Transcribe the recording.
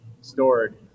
stored